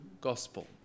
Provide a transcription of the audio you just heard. gospel